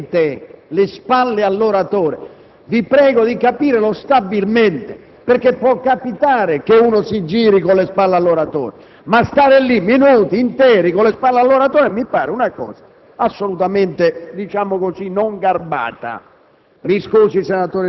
vi pregherei di non volgere stabilmente le spalle all'oratore. Vi prego di capire il termine «stabilmente», perché può capitare che ci si giri con le spalle all'oratore, ma stare minuti interi in quella posizione mi pare una cosa